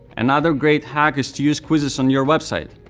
another great hack is to use quizzes on your website.